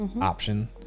option